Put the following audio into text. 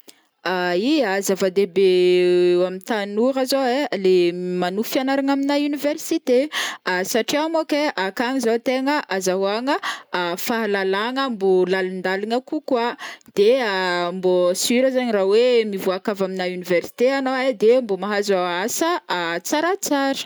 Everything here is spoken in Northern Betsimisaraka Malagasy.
Ya zava-dehibe eo ami tanora zao ai le manohy fianaragna amina université satria môka ai akagny zao tegna azahoagna fahalalagna mbo lalindaligna kokoà, de mbo sur zegny ra oe mivoaka avy amina université anao ai, de mbô mahazo asa tsaratsara.